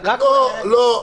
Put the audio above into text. לא, לא.